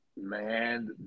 Man